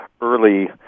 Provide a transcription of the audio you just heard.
early